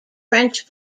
french